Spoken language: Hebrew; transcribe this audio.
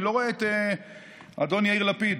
ואני לא רואה את אדון יאיר לפיד.